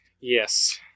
Yes